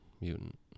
mutant